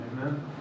amen